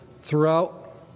throughout